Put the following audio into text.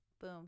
boom